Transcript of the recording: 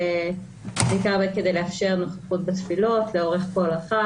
בעיקר כדי לאפשר נוכחות בתפילות לאורך כל החג,